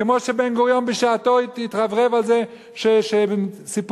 כמו שבן-גוריון בשעתו התרברב על זה שסיפור